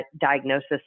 diagnosis